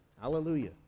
hallelujah